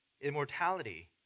immortality